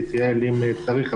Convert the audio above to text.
ולהתייעל אם צריך.